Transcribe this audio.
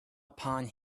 upon